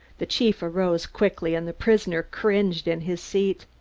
the chief arose quickly, and the prisoner cringed in his seat.